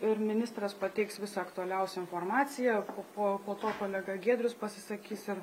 ir ministras pateiks visą aktualiausią informaciją po po to kolega giedrius pasisakys ir